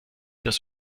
das